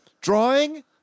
Drawing